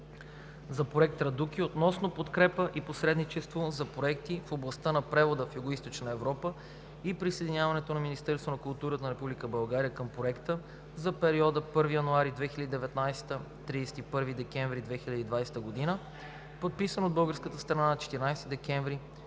за Проект „Традуки“ относно подкрепа и посредничество за проекти в областта на превода в Югоизточна Европа и присъединяването на Министерството на културата на Република България към проекта за периода 1 януари 2019 г. – 31 декември 2020 г., подписан от българската страна на 14 декември 2018 г.